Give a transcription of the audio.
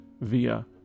via